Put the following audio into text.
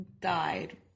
died